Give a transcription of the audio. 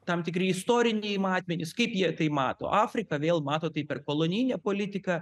tam tikri istoriniai matmenys kaip jie tai mato afrika vėl mato tai per kolonijinę politiką